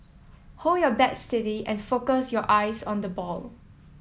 hold your bat steady and focus your eyes on the ball